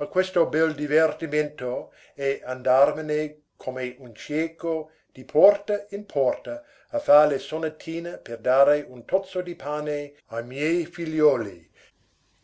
a questo bel divertimento e andarmene come un cieco di porta in porta a far le sonatine per dare un tozzo di pane ai miei figliuoli